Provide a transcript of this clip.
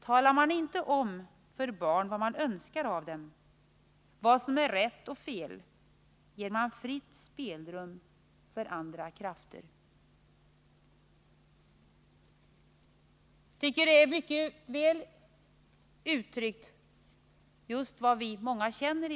Talar man inte om för barn vad man önskar av dem, vad som är rätt och fel, ger man fritt spelrum för andra krafter.” Jag tycker att dessa rader mycket väl uttrycker vad många av oss i dag känner.